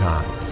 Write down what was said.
Time